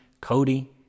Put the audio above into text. Cody